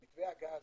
הגז,